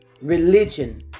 religion